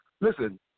Listen